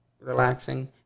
relaxing